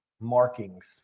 markings